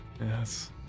Yes